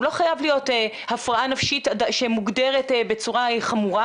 הוא לא חייב להיות הפרעה נפשית שמוגדרת בצורה חמורה,